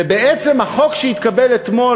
ובעצם החוק שהתקבל אתמול,